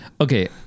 okay